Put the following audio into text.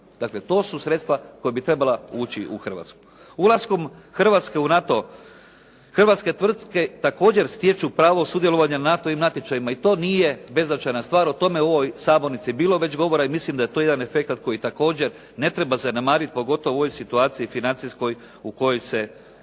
Dakle, to su sredstva koja bi trebala ući u Hrvatsku. Ulaskom Hrvatske u NATO, hrvatske tvrtke također stječu pravo sudjelovanja na NATO-vim natječajima, i to nije beznačajna stvar, o tome je već u ovoj sabornici bilo već govora i mislim da je to jedan efekat koji također ne treba zanemariti pogotovo u ovoj situaciji u kojoj se